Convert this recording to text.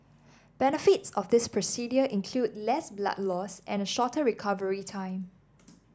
benefits of this procedure include less blood loss and a shorter recovery time